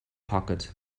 pocket